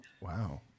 Wow